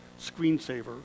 screensaver